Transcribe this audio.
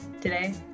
today